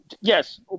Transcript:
yes